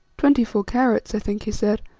twenty-four carats, i think he said.